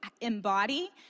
embody